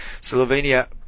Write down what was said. Slovenia